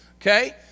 Okay